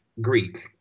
Greek